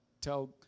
tell